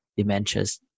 dementias